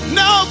no